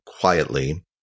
quietly